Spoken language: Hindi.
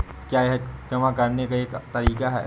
क्या यह जमा करने का एक तरीका है?